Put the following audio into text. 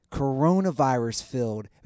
coronavirus-filled